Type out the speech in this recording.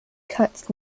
cuts